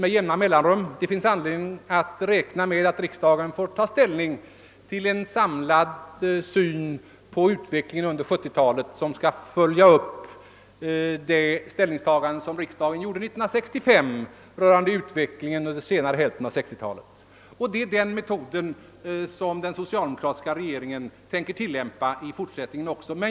Det finns således anledning att räkna med att riksdagen får ta ställning till en samlad syn på utvecklingen inom det högre utbildningsväsendet under 1970-talet som skall följa upp det ställningstagande som riksdagen gjorde 1965 rörande utvecklingen under senare hälften av 1960-talet. Den metoden tänker den socialdemokratiska regeringen tillämpa också i fortsättningen.